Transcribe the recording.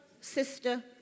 sister